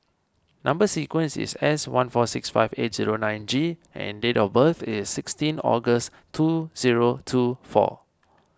Number Sequence is S one four six five eight zero nine G and date of birth is sixteen August two zero two four